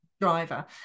driver